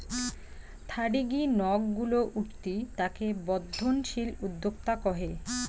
থারিগী নক গুলো উঠতি তাকে বর্ধনশীল উদ্যোক্তা কহে